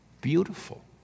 beautiful